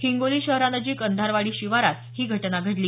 हिंगोली शहरानजिक आंधरवाडी शिवारात ही घटना घडली